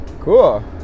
Cool